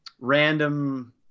random